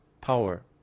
power